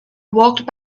walked